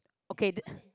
okay